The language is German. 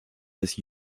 des